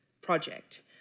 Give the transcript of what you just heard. Project